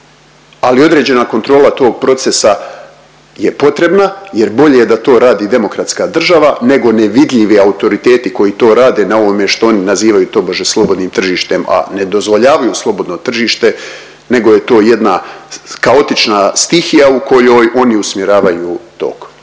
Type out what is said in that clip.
ali određena kontrola tog procesa je potrebna jer bolje da to radi demokratska država nego nevidljivi autoriteti koji to rade na ovome što oni nazivaju tobože slobodnim tržištem, a ne dozvoljavaju slobodno tržište nego je to jedna kaotična stihija u kojoj oni usmjeravaju tokove.